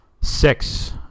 Six